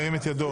יר2ם את ידו.